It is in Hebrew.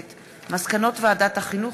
מסקנות ועדת החינוך,